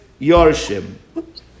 Yorshim